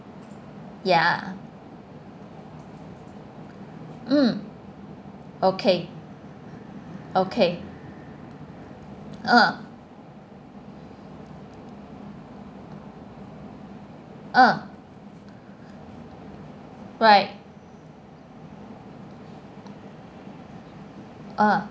ya mm okay okay ah ah right ah